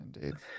Indeed